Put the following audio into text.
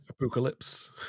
apocalypse